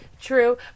true